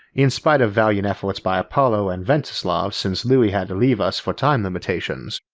in spite of valiant efforts by apollo and ventislav since luis had to leave us for time limitations.